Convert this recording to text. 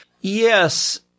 yes